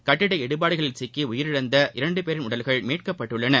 கட்டிட இடிபாடுகளில் சிக்கி உயிரிழந்த இரண்டு பேரின் உடல்கள் மீட்கப்பட்டுள்ளன